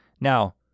Now